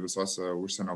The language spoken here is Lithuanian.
visose užsienio